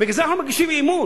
בגלל זה אנחנו מגישים אי-אמון.